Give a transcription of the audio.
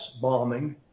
bombing